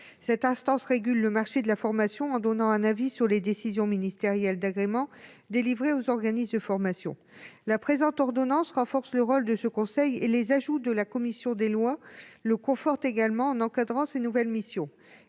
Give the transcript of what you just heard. Cette instance régule le marché de la formation, en donnant un avis sur les décisions ministérielles d'agrément délivré aux organismes de formation. La présente ordonnance renforce le rôle du CNFEL, et les ajouts de la commission des lois le confortent également en encadrant ses nouvelles missions.